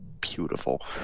beautiful